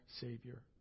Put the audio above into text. Savior